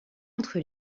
entre